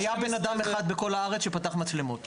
היה בן אדם אחד בכל הארץ שפתח מצלמות.